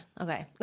Okay